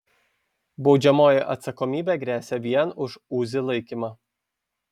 baudžiamoji atsakomybė gresia vien už uzi laikymą